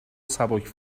سبک